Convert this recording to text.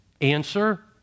Answer